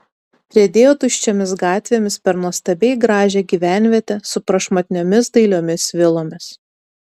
riedėjo tuščiomis gatvėmis per nuostabiai gražią gyvenvietę su prašmatniomis dailiomis vilomis